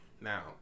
now